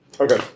Okay